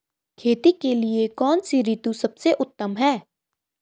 खेती के लिए कौन सी ऋतु सबसे उत्तम है?